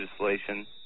legislation